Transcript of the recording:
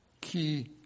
key